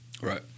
Right